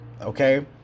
okay